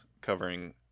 covering